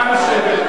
נא לשבת.